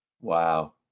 Wow